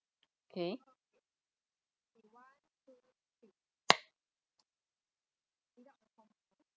okay